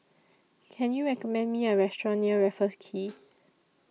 Can YOU recommend Me A Restaurant near Raffles Quay